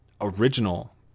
original